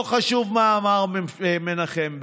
לא חשוב מה אמר מנחם בגין.